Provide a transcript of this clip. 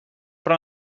però